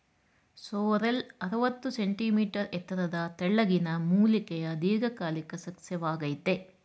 sorrel ಅರವತ್ತು centimetre ಎತ್ತರದ ತೆಳ್ಳಗಿನ ಮೂಲಿಕೆಯ ದೀರ್ಘಕಾಲಿಕ ಸಸ್ಯವಾಗಯ್ತೆ